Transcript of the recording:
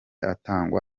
atangwa